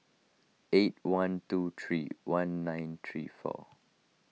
eight one two three one nine three four